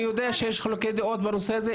אני יודע שיש חילוקי דעות בנושא הזה.